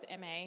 MA